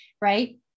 right